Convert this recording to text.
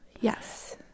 Yes